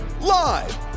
live